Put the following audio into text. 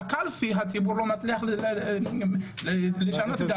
בקלפי הציבור לא מצליח לשנות את דעתו